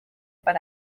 per